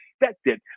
expected